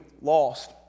lost